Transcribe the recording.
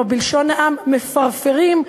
או בלשון העם מפרפרים,